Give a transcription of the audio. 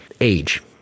age